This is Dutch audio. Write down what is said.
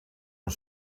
een